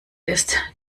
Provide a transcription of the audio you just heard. ist